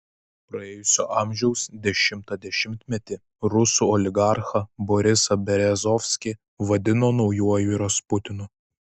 praėjusio amžiaus dešimtą dešimtmetį rusų oligarchą borisą berezovskį vadino naujuoju rasputinu